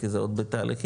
כי זה עוד בתהליכים,